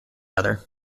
other